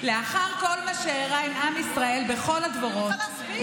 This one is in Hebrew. לאחר כל מה שאירע עם עם ישראל בכל הדורות,